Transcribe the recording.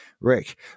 Rick